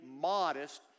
modest